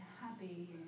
happy